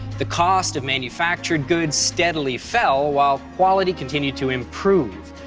the cost of manufactured goods steadily fell while quality continued to improve.